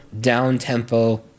down-tempo